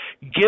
give